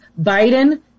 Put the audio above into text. Biden